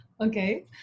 Okay